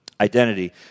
Identity